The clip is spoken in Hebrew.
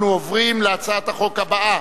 אנחנו עוברים להצעת החוק הבאה,